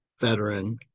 veteran